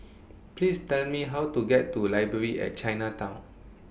Please Tell Me How to get to Library At Chinatown